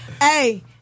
Hey